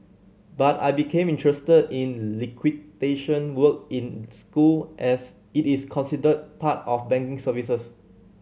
but I became interested in liquidation work in school as it is considered part of banking services